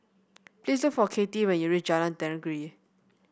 please look for Kathey when you reach Jalan Tenggiri